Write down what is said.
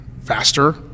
faster